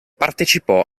partecipò